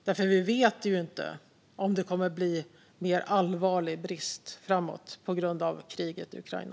Vi vet nämligen inte om det kommer att bli en mer allvarlig brist framåt på grund av kriget i Ukraina.